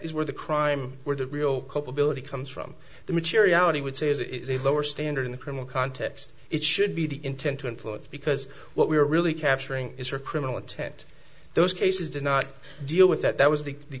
is where the crime where the real culpability comes from the materiality would say it's a lower standard in the criminal context it should be the intent to influence because what we're really capturing is her criminal intent those cases do not deal with that that was the